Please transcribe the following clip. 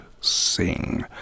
Sing